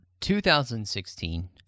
2016